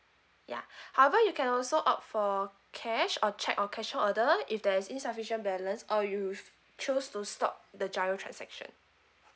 ya however you can also opt for cash or check or cashier's order if there's insufficient balance or you choose to stop the G_I_R_O transaction